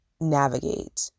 navigate